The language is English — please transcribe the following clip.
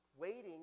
Waiting